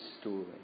story